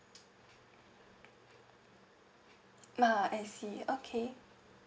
ah I see okay